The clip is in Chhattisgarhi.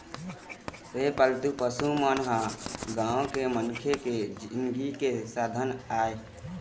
ए पालतू पशु मन ह गाँव के मनखे के जिनगी के साधन आय